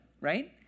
Right